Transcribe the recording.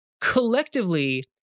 Collectively